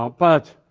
ah but,